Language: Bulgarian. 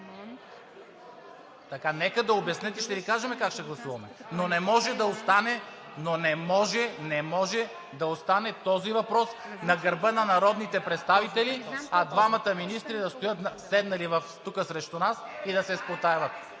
Нека да обяснят и ще Ви кажем как ще гласуваме, но не може да остане този въпрос на гърба на народните представители, а двамата министри да стоят седнали срещу нас и да се спотайват.